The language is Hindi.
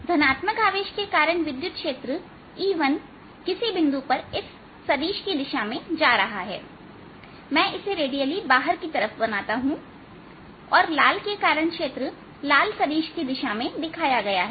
धनात्मक आवेश के कारण विद्युत क्षेत्र E1किसी के बिंदु पर इस सदिश की दिशा में जा रहा है मैं इसे रेडियली बाहर की तरफ बनाता हूं और लाल के कारण क्षेत्र लाल सदिश की दिशा में दिखाया गया है